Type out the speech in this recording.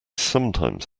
sometimes